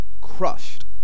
crushed